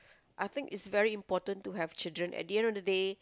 I think it's very important to have children at the end of the day